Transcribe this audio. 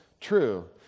true